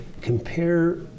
compare